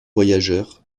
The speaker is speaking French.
voyageurs